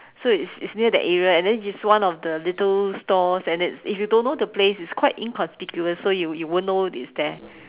so it's it's near that area and then it's one of the little stores and it's if you don't know the place it's quite inconspicuous so you you won't know it's there